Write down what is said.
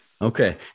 Okay